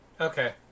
Okay